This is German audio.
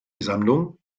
sammlung